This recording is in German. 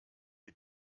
die